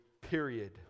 period